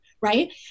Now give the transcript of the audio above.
right